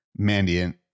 Mandiant